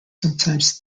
sometimes